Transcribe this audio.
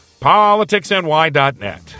PoliticsNY.net